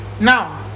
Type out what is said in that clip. now